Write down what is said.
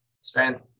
strength